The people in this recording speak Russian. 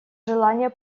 желания